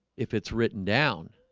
if it's written down